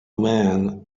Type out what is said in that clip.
man